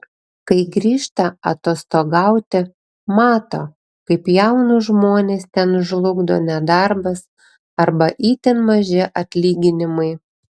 kai grįžta atostogauti mato kaip jaunus žmones ten žlugdo nedarbas arba itin maži atlyginimai